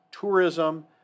tourism